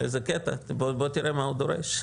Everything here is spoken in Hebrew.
איזה קטע, בוא תראה מה הוא דורש.